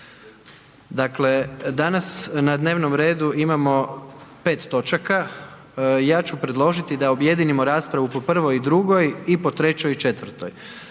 Dakle danas na dnevnom redu imamo 5 točaka, ja ću predložiti da objedinimo raspravu po prvoj i drugoj i po trećoj i četvrtoj.